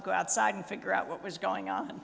to go outside and figure out what was going on